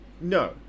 No